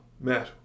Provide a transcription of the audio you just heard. Matt